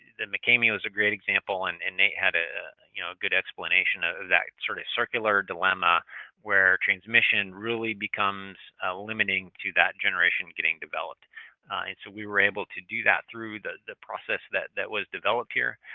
the mccamey was a great example and and they had a you know good explanation of that sort of circular dilemma where transmission really becomes limiting to that generation getting developed. and so, we were able to do that through the the process that that was developed here.